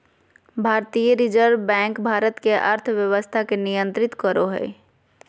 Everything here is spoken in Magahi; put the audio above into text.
भारतीय रिज़र्व बैक भारत के अर्थव्यवस्था के नियन्त्रित करो हइ